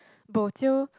bojio